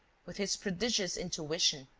with his prodigious intuition,